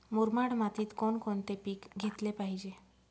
मुरमाड मातीत कोणकोणते पीक घेतले पाहिजे?